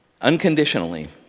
Unconditionally